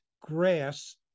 grass